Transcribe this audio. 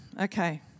Okay